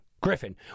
Griffin